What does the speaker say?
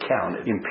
counted